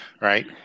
right